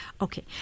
Okay